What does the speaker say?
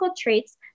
traits